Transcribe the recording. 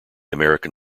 american